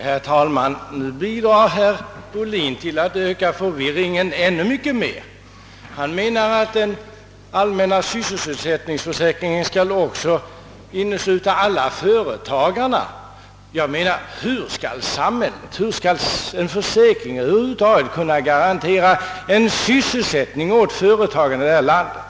Herr talman! Nu bidrar herr Ohlin till att öka förvirringen ännu mer. Han menar att den allmänna sysselsättningsförsäkringen också skall innesluta alla företagare. Hur skall en försäkring kunna garantera sysselsättning åt företagarna i detta land?